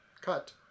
cut